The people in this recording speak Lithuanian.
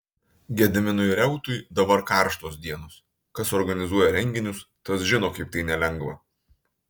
gediminui reutui dabar karštos dienos kas organizuoja renginius tas žino kaip tai nelengva